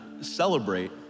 celebrate